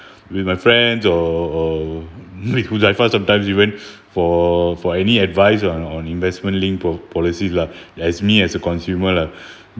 with my friends or or with huzaifal sometimes even for for any advise lah on on investment linked po~ policies lah as me as a consumer lah